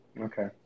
Okay